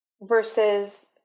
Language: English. versus